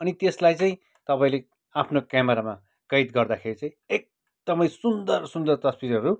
अनि त्यसलाई चाहिँ तपाईँले आफ्नो क्यामेरामा कैद गर्दाखेरि चाहिँ एकदमै सुन्दर सुन्दर तस्बिरहरू